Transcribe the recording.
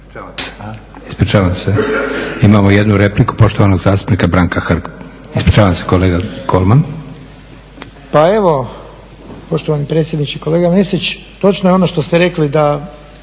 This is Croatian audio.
Ispričavam se, imamo jednu repliku poštovanog zastupnika Branka Hrg. Ispričavam se kolega Kolman. **Hrg, Branko (HSS)** Pa evo poštovani predsjedniče, kolega Mesić. Točno je ono što ste rekli da